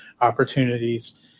opportunities